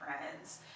friends